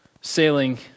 sailing